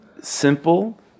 simple